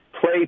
play